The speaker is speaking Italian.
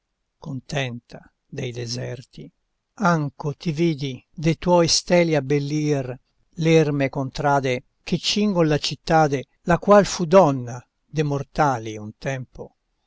contenta dei deserti anco ti vidi de tuoi steli abbellir l'erme contrade che cingon la cittade la qual fu donna de mortali un tempo